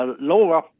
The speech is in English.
lower